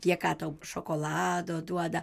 jie ką tau šokolado duoda